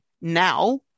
now